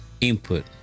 input